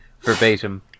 verbatim